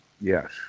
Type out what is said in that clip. Yes